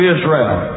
Israel